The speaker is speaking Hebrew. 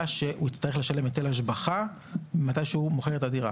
לפיה הוא צריך לשלם היטל השבחה אם הוא מוכר את הדירה.